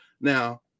now